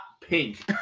pink